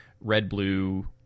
red-blue